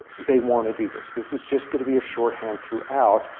they want to do this. this is just going to be a short hand throughout.